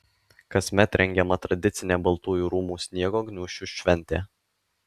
kasmet rengiama tradicinė baltųjų rūmų sniego gniūžčių šventė